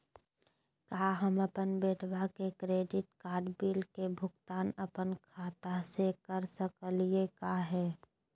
का हम अपन बेटवा के क्रेडिट कार्ड बिल के भुगतान अपन खाता स कर सकली का हे?